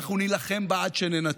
ואנחנו נילחם בה עד שננצח.